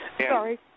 Sorry